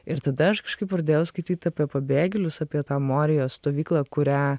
ir tada aš kažkaip pradėjau skaityt apie pabėgėlius apie tą morijos stovyklą kurią